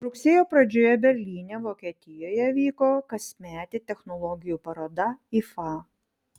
rugsėjo pradžioje berlyne vokietijoje vyko kasmetė technologijų paroda ifa